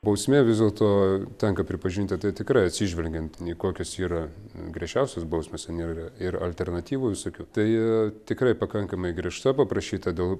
bausmė vis dėlto tenka pripažinti tai tikrai atsižvelgiant ten į kokios yra griežčiausios bausmės ten yra ir alternatyvų visokių tai tikrai pakankamai griežta paprašyta dėl